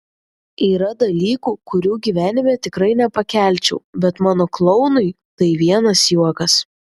yra dalykų kurių gyvenime tikrai nepakelčiau bet mano klounui tai vienas juokas